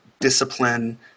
discipline